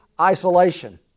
isolation